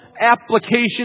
application